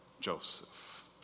Joseph